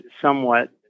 somewhat